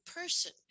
person